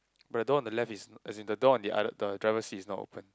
while the door on the left is as in the door on the other the driver seat is not opened